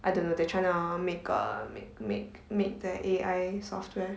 I don't know they are trying to make a make a make make the A_I software